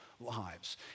lives